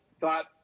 thought